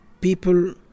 people